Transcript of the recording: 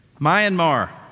Myanmar